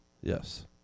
Yes